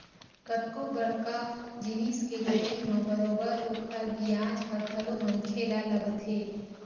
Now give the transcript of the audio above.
कतको बड़का जिनिस के लेवई म बरोबर ओखर बियाज ह घलो मनखे ल लगथे